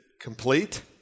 complete